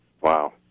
Wow